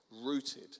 Rooted